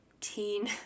teen-